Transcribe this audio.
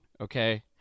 Okay